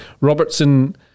Robertson